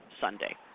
Sunday